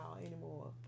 anymore